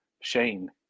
Shane